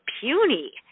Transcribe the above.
puny